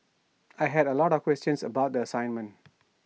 I had A lot of questions about the assignment